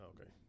okay